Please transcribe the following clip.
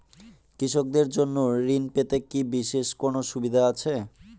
কৃষকদের জন্য ঋণ পেতে কি বিশেষ কোনো সুবিধা আছে?